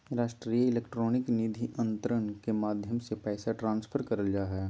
राष्ट्रीय इलेक्ट्रॉनिक निधि अन्तरण के माध्यम से पैसा ट्रांसफर करल जा हय